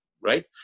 right